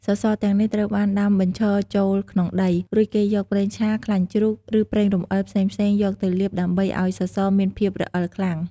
សសរទាំងនេះត្រូវបានដាំបញ្ឈរចូលក្នុងដី រួចគេយកប្រេងឆា ខ្លាញ់ជ្រូក ឬប្រេងរអិលផ្សេងៗយកទៅលាបដើម្បីឲ្យសសរមានភាពរអិលខ្លាំង។